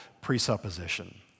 presupposition